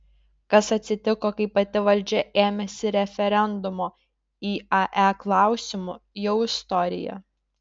kas atsitiko kai pati valdžia ėmėsi referendumo iae klausimu jau istorija